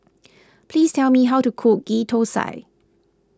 please tell me how to cook Ghee Thosai